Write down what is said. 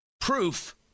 proof